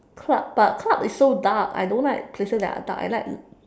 club but club is so dark I don't like places that are dark I like